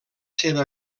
seva